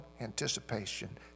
anticipation